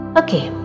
okay